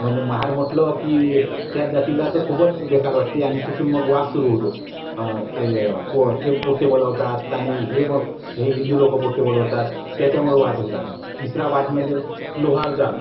म्हणजे महार म्हटलं की त्या जातीला तर खूपच बेकार वाटते आणि तिथून मग वाद सुरू होतो ए पो ठेप पोट्टे बोलवतात आणि हे मग हे हिंदू लोक पोट्टे बोलवतात त्याच्यामुळे वाद होतात तिसरा वाद म्हणजे लोहार जात